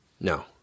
no